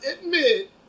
admit